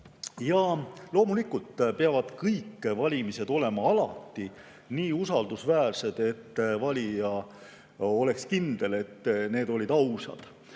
Loomulikult peavad kõik valimised olema alati nii usaldusväärsed, et valija saaks olla kindel, et need olid ausad.